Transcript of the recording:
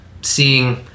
seeing